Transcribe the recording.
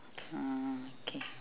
okay